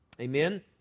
Amen